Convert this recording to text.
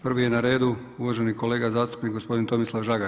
Prvi je na redu uvaženi kolega zastupnik gospodin Tomislav Žagar.